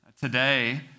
today